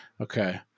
Okay